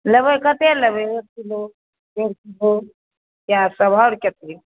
लेबै कतेक लेबै एक किलो डेढ़ किलो इएहसभ आओर कतेक